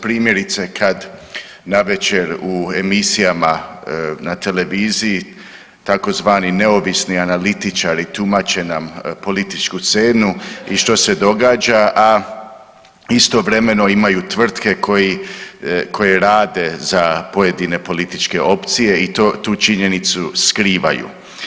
Primjerice kad navečer u emisijama na televiziji tzv. neovisni analitičari tumače nam političku scenu i što se događa, a istovremeno imaju tvrtke koje rade za pojedine političke opcije i tu činjenicu skrivaju.